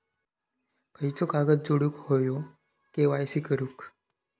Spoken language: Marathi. खयचो कागद जोडुक होयो के.वाय.सी करूक?